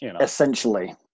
Essentially